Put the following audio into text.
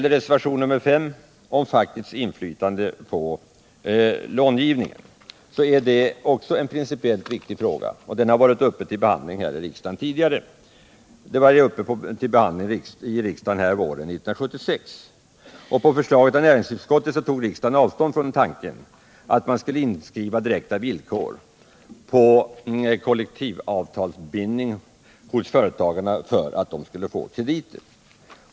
Reservationen 5 tar upp fackets inflytande på långivningen. Det är också en principiellt viktig fråga som behandlades i riksdagen våren 1976. På förslag av näringsutskottet tog riksdagen avstånd från tanken att man skulle inskriva direkta villkor om kollektivavtalsbindning för att företagarna skulle få krediter.